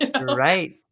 Right